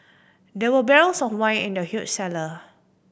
there were barrels of wine in the huge cellar